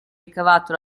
ricavato